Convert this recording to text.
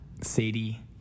Sadie